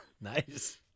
Nice